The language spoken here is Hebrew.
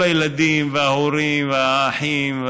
כל הילדים וההורים והאחים,